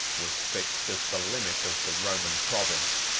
was fixed as the limit of the roman province.